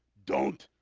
don't.